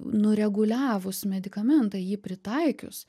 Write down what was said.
nureguliavus medikamentą jį pritaikius